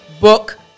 book